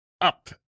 up